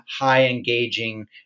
high-engaging